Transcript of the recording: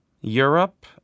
Europe